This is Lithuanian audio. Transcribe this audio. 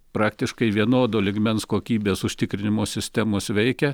praktiškai vienodo lygmens kokybės užtikrinimo sistemos veikia